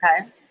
Okay